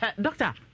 Doctor